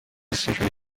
city